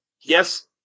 yes